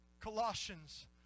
Colossians